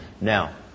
Now